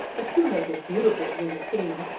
the two make a beautiful little team,